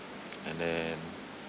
and then